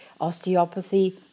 osteopathy